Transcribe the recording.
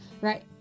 Right